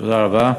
תודה רבה.